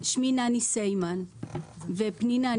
פנינה,